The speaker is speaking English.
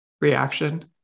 reaction